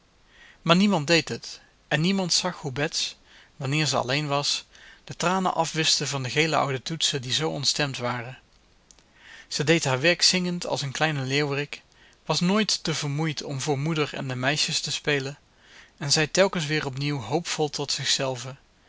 maar niemand deed het en niemand zag hoe bets wanneer ze alleen was de tranen afwischte van de gele oude toetsen die zoo ontstemd waren ze deed haar werk zingend als een kleine leeuwerik was nooit te vermoeid om voor moeder en de meisjes te spelen en zei telkens weer opnieuw hoopvol tot zichzelve